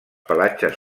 pelatges